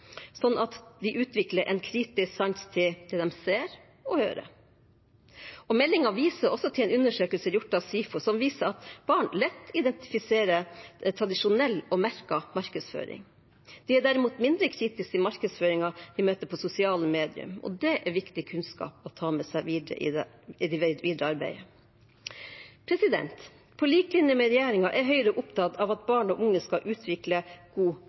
at de utvikler en kritisk sans til det de ser og hører. Meldingen viser også til en undersøkelse gjort av SIFO, som viser at barn lett identifiserer tradisjonell og merket markedsføring. De er derimot mindre kritiske til markedsføringen de møter på sosiale medier. Det er viktig kunnskap å ta med seg i det videre arbeidet. På lik linje med regjeringen er Høyre opptatt av at barn og unge skal utvikle god